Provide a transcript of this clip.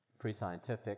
pre-scientific